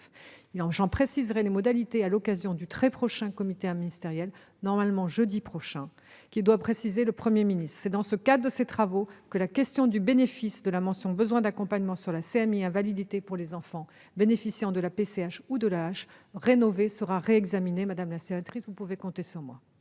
J'en préciserai les modalités à l'occasion du prochain comité interministériel du handicap, qui doit se tenir jeudi, sous la présidence du Premier ministre. C'est dans le cadre de ces travaux que la question du bénéfice de la mention « besoin d'accompagnement » sur la CMI invalidité pour les enfants bénéficiant de la PCH ou de l'AEEH rénovées sera réexaminée. Madame la sénatrice, vous pouvez compter sur moi.